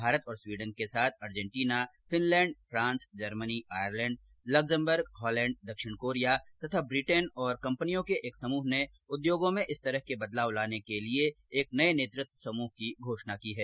भारत और स्वीडन के साथ Argentina Finland France Germany Ireland Luxembourg Holland दक्षिण कोरिया तथा ब्रिटेन और कंपनियों के एक समूह ने उद्योगों में इस तरह के बदलाव लाने के लिए एक नये नेतृत्व समूह की घोषणा की है